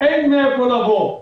אין מאיפה לבוא.